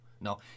No